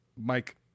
Mike